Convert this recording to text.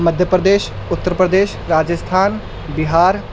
Madhya Pradesh Uttar Pradesh Rajasthan Bihar